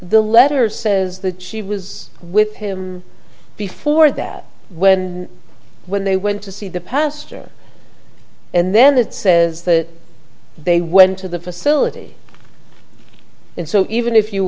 the letter says that she was with him before that when when they went to see the pastor and then it says that they went to the facility and so even if you